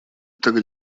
так